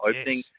Opening